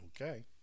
Okay